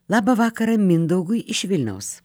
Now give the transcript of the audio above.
labą vakarą mindaugui iš vilniaus